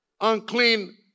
unclean